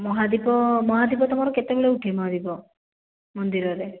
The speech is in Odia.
ମହାଦୀପ ମହାଦୀପ ତୁମର କେତେବେଳେ ଉଠେ ମହାଦୀପ ମନ୍ଦିରରେ